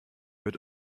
wird